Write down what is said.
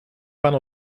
pan